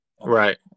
Right